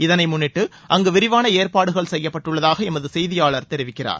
இதனை முன்னிட்டு அங்கு விரிவான ஏற்பாடுகள் செய்யப்பட்டுள்ளதாக எமது செய்தியாளா் தெரிவிக்கிறார்